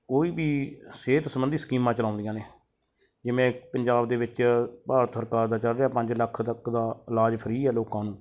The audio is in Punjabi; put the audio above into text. ਕੋਈ ਵੀ ਸਿਹਤ ਸਬੰਧੀ ਸਕੀਮਾਂ ਚਲਾਉਂਦੀਆਂ ਨੇ ਜਿਵੇਂ ਪੰਜਾਬ ਦੇ ਵਿੱਚ ਭਾਰਤ ਸਰਕਾਰ ਦਾ ਚੱਲ ਰਿਹਾ ਪੰਜ ਲੱਖ ਤੱਕ ਦਾ ਇਲਾਜ ਫਰੀ ਹੈ ਲੋਕਾਂ ਨੂੰ